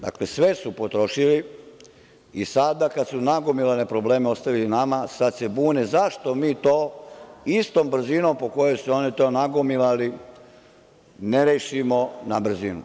Dakle, sve su potrošili i sada kada su nagomilane probleme ostavili nama, sad se bune zašto mi to istom brzinom po kojoj su oni to nagomilali ne rešimo na brzinu.